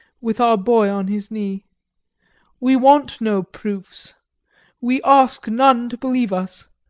with our boy on his knee we want no proofs we ask none to believe us!